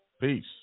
Peace